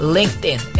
LinkedIn